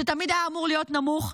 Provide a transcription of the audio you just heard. שתמיד זה אמור להיות נמוך,